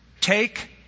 take